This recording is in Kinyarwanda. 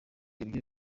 ibyo